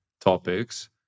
topics